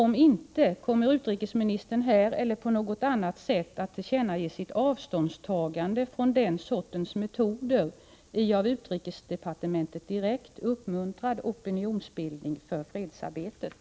Om inte, kommer utrikesministern här eller på något annat sätt att tillkännage sitt avståndstagande från den sortens metoder i av utrikesdepartementet direkt uppmuntrad opinionsbildning för fredsarbetet?